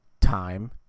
time